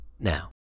Now